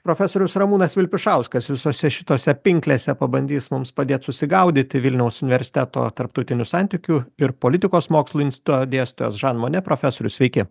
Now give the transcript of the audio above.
profesorius ramūnas vilpišauskas visose šitose pinklėse pabandys mums padėt susigaudyti vilniaus universiteto tarptautinių santykių ir politikos mokslų instituto dėstytojas žan monė profesorius sveiki